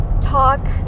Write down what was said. talk